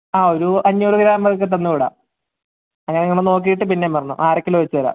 ആ ഒരൂ അഞ്ഞൂറ് ഗ്രാം ഒക്കെ തന്ന് വിടാം അത് അങ്ങനെ നോക്കിയിട്ട് പിന്നെയും വരണം ആ അര കിലോ വെച്ച് തരാം